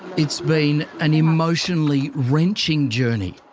it's been an emotionally wrenching journey.